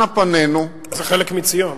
אנה פנינו, זה חלק מציון.